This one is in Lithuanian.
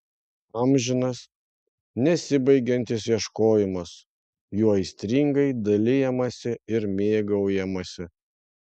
amžinas nesibaigiantis ieškojimas juo aistringai dalijamasi ir mėgaujamasi